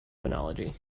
phonology